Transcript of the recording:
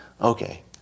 Okay